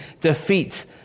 defeat